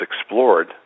explored